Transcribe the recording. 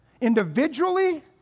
individually